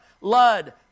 Lud